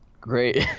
great